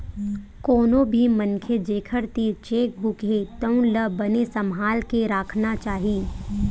कोनो भी मनखे जेखर तीर चेकबूक हे तउन ला बने सम्हाल के राखना चाही